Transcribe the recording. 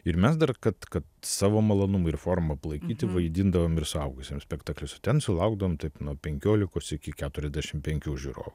ir mes dar kad kad savo malonumui ir formą palaikyti vaidindavom ir suaugusiem spektaklius ten sulaukdavom taip nuo penkiolikos iki keturiasdešimt penkių žiūrovų